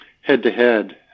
head-to-head